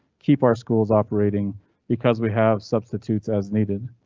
keep our schools operating because we have substitutes as needed.